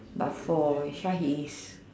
but for himself he is